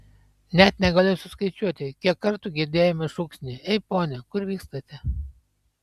net negaliu suskaičiuoti kiek kartų girdėjome šūksnį ei pone kur vykstate